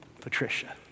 Patricia